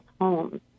homes